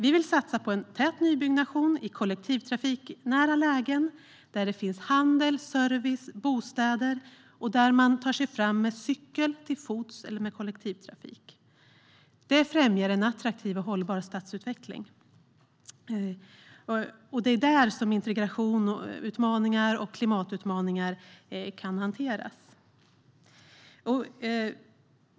Vi vill satsa på en tät nybyggnation i kollektivtrafiknära lägen där det finns handel, service, bostäder och där man kan ta sig fram på cykel, till fots eller med kollektivtrafik. Det främjar en attraktiv och hållbar stadsutveckling, och det är där som integrationsutmaningar och klimatutmaningar kan hanteras.